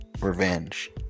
revenge